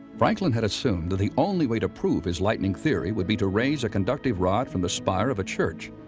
franklin had assumed that the only way to prove his lightning theory would be to raise a conductive rod from the spire of a church.